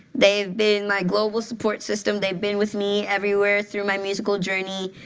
they've been my global support system. they've been with me everywhere through my musical journey.